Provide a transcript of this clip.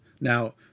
Now